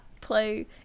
play